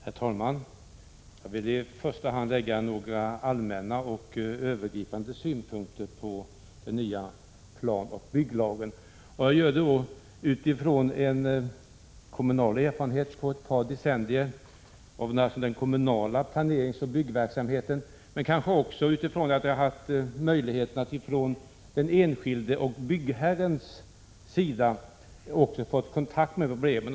Herr talman! Jag vill i första hand lägga några allmänna och övergripande synpunkter på den nya planoch bygglagen utifrån kommunala erfarenheter under ett par decennier av den kommunala planeringsoch byggverksamheten men kanske också utifrån den enskildes och byggherrens erfarenheter, eftersom jag också från den sidan fått kontakt med problemen.